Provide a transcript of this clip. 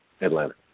Atlanta